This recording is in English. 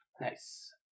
Nice